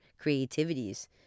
creativities